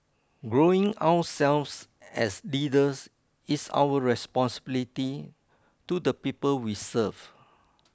growing ourselves as leaders is our responsibility to the people we serve